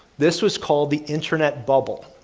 this was called the internet bubble.